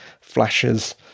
flashes